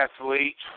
athletes